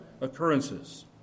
occurrences